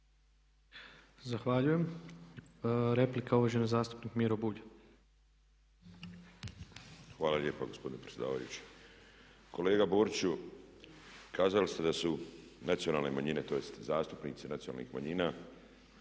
Zahvaljujem. Replika, uvaženi zastupnik Miro Bulj. **Bulj, Miro (MOST)** Hvala lijepa gospodine predsjedavajući. Kolega Boriću kazali ste da su nacionalne manjine tj. zastupnici nacionalnih manjina